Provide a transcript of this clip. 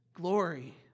glory